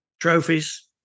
trophies